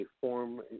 form